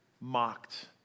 mocked